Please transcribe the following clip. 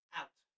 out